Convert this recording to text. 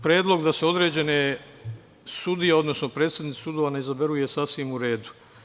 Predlog da se određene sudije, odnosno predsednici sudova ne izaberu je sasvim u redu.